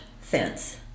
fence